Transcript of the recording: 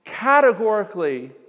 categorically